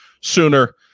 sooner